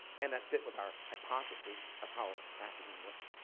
and that fit with our hypothesis of how atrazine works.